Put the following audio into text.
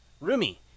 Rumi